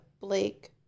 Blake